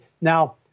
Now